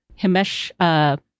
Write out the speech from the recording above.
Himesh